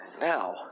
Now